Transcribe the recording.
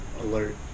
alert